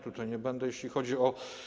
Tutaj nie będę, jeśli chodzi o.